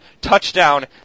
touchdown